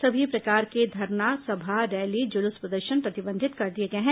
सभी प्रकार के धरना सभा रैली जुलूस प्रदर्शन प्रतिबंधित कर दिए गए हैं